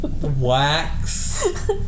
Wax